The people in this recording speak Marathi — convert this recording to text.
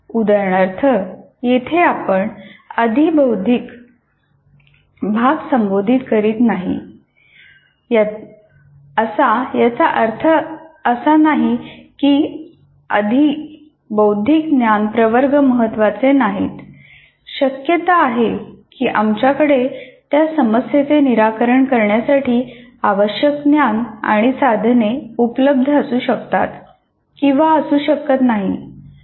उदाहरणार्थ येथे आपण अधिबौद्धिक भाग संबोधित करीत नाही असा याचा अर्थ असा नाही की अधिबौद्धिक ज्ञान प्रवर्ग महत्वाचे नाहीत शक्यता आहे की आमच्याकडे त्या समस्येचे निराकरण करण्यासाठी आवश्यक ज्ञान आणि साधने उपलब्ध असू शकतात किंवा असू शकत नाहीत